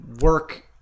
work